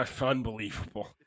Unbelievable